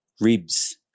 ribs